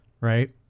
Right